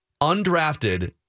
undrafted